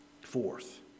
Fourth